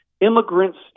immigrants